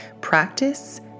Practice